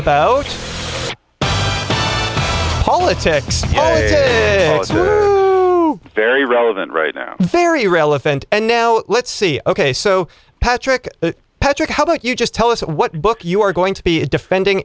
about politics very relevant right now very relevant and now let's see ok so patrick patrick how about you just tell us what book you are going to be defending